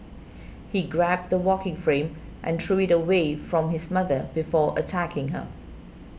he grabbed the walking frame and threw it away from his mother before attacking her